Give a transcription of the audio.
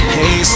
Hey